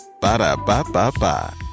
Ba-da-ba-ba-ba